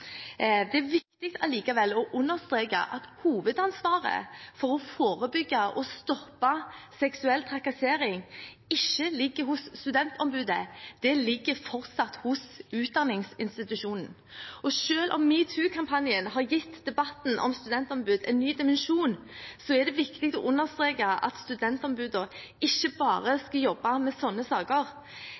Det er likevel viktig å understreke at hovedansvaret for å forebygge og stoppe seksuell trakassering ikke ligger hos studentombudet, det ligger fortsatt hos utdanningsinstitusjonen. Selv om metoo-kampanjen har gitt debatten om studentombud en ny dimensjon, er det viktig å understreke at studentombudene ikke bare skal jobbe med saker